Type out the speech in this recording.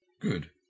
good